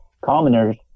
commoners